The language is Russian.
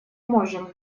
можем